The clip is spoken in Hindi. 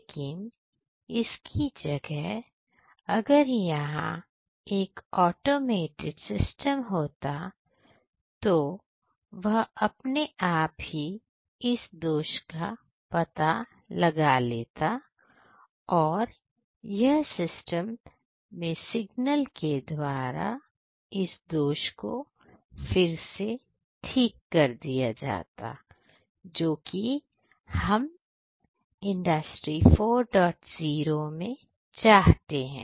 लेकिन इसकी जगह अगर यहां एक ऑटोमेटेड सिस्टम होता तो वह अपने आप ही इस दोष को पता लगा लेता और यह सिस्टम में सिग्नल के द्वारा इस दोष को फिर से ठीक कर दिया जाता है जो कि हम इंडस्ट्री 40 मैं चाहते हैं